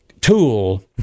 tool